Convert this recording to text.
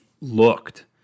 looked